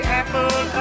apple